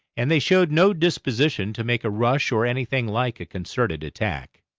and they showed no disposition to make a rush or anything like a concerted attack.